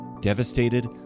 devastated